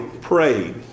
prayed